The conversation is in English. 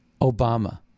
Obama